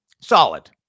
Solid